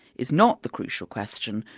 is not the crucial question.